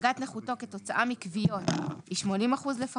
דרגת נכותו כתוצאה מכוויות היא 80 אחוזים לפחות.